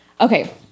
Okay